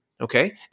okay